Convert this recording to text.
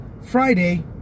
Friday